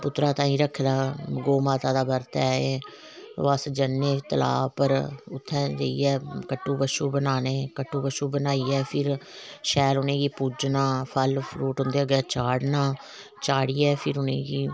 पुत्तरा ताईं रखदे गौ माता दा बर्त ऐ एह् अस जन्ने तलाऽ उप्पर उत्थै जेइयै कट्टू बच्छु बनान्ने कट्टू बच्छु बनाइयै फिर शैल उंहेगी पूजना फल फ्रूट उंदे अग्गे चाढ़ना चाढ़िये फिर उनेंगी